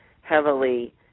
heavily